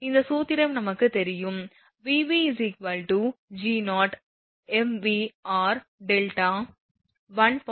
இந்த சூத்திரம் நமக்கு தெரியும் Vv G0mvrδ 1 0